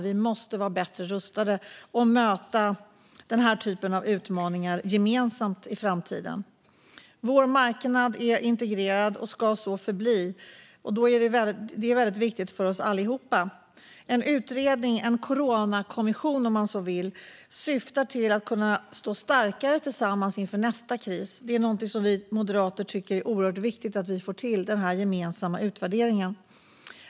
Vi måste vara bättre rustade och möta denna typ av utmaningar gemensamt i framtiden. Vår marknad är integrerad och ska så förbli; det är väldigt viktigt för oss allihop. En utredning, en coronakommission om man så vill, bör syfta till att vi ska kunna stå starkare tillsammans inför nästa kris. Vi moderater tycker att det är oerhört viktigt att vi får till denna gemensamma utvärdering.